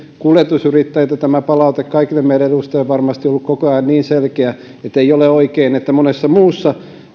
kuljetusyrittäjiltä kaikille meille edustajille on varmasti ollut koko ajan selkeä tämä palaute ettei ole oikein että monessa muussa